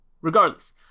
Regardless